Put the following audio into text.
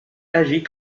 agit